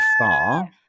far